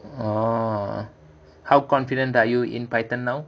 oh how confident are you in python now